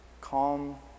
calm